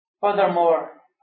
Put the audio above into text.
Furthermore